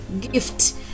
gift